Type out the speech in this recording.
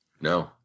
No